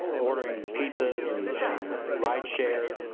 ordering pizzas and and ride share.